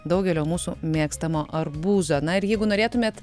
daugelio mūsų mėgstamo arbūzo na ir jeigu norėtumėt